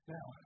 Now